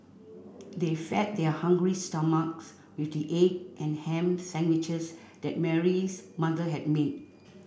they fed their hungry stomachs with the egg and ham sandwiches that Mary' s mother had made